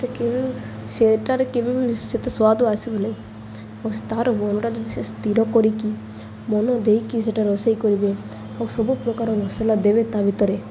ସେଇଟା କେବେ ସେଇଟାରେ କେବେ ବି ସେତେ ସ୍ୱାଦ ଆସିବ ନାଇଁ ଆଉ ତାର ମନଟା ଯଦି ସେ ସ୍ଥିର କରିକି ମନ ଦେଇକି ସେଟା ରୋଷେଇ କରିବେ ଆଉ ସବୁ ପ୍ରକାର ମସଲା ଦେବେ ତା ଭିତରେ